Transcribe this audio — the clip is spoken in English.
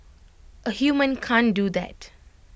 A human can't do that